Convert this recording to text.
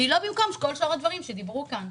היא לא במקום כל שאר הדברים שדיברו עליהם כאן,